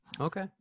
okay